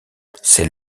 c’est